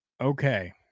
okay